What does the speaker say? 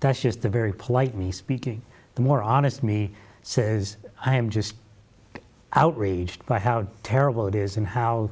that's just a very politely speaking the more honest me says i am just outraged by how terrible it is and how